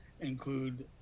include